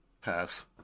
Pass